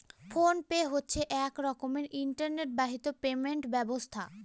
phone pay হচ্ছে এক রকমের ইন্টারনেট বাহিত পেমেন্ট ব্যবস্থা